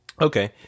Okay